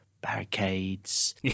barricades